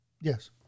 Yes